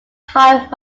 hired